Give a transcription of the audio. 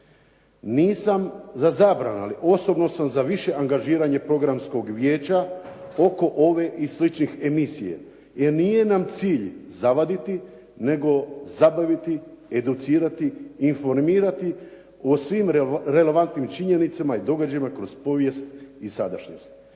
Nisam za zabranu, ali osobno sam za više angažiranje Programskog vijeća oko ove i sličnih emisija, jer nije nam cilj zavaditi, nego zabaviti, educirati i informirati o svim relevantnim činjenicama i događajima kroz povijest i sadašnjost.